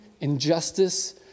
injustice